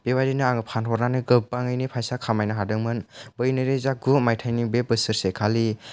बेबायदिनो आङो फानहरनानै गाबाङैनो फैसा खामायनो हादोंमोन बै नैरोजा गु मायथाइनि बे बोसोरसे खालि